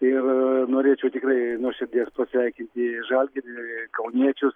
ir norėčiau tikrai nuoširdžiai aš pasveikinti žalgirį kauniečius